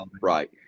right